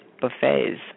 buffets